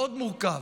מאוד מורכב,